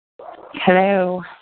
Hello